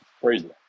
Crazy